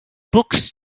books